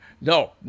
No